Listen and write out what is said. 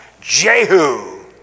Jehu